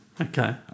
okay